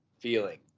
feeling